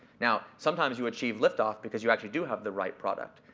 now, sometimes you achieve liftoff because you actually do have the right product.